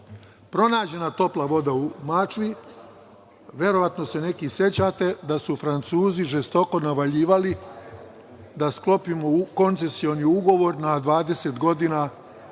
pronađena topla voda u Mačvi, verovatno se neki sećate da su Francuzi žestoko navaljivali da sklopimo koncesioni ugovor na 20 godina